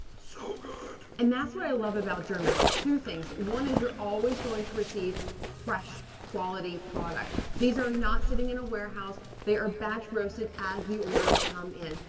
so good. and that's what i love about germack, two things. one is you're always going to receive fresh, quality products. these are not sitting in a warehouse. they are batch roasted as the orders come in.